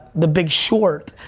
the big short,